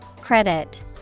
credit